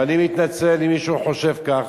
ואני מתנצל אם מישהו חושב כך.